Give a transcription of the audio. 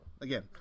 Again